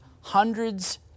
hundreds